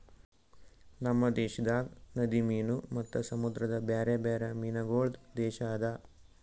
ನಮ್ ದೇಶದಾಗ್ ನದಿ ಮೀನು ಮತ್ತ ಸಮುದ್ರದ ಬ್ಯಾರೆ ಬ್ಯಾರೆ ಮೀನಗೊಳ್ದು ದೇಶ ಅದಾ